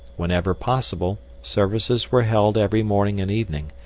whenever possible, services were held every morning and evening,